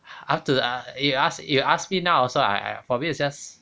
up to uh you ask you ask me now also I probably is just